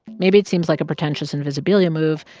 maybe it seems like a pretentious invisibilia move,